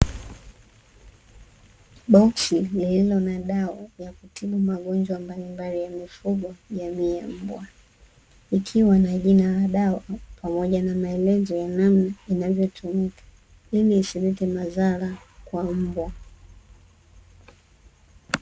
Boksi lililo na dawa ya kutibu magonjwa mbalimbali ya mifugo jamii ya mbwa, ikiwa na jina la dawa pamoja na maelezo ya namna inavyotumika, ili isilete madhara kwa mbwa.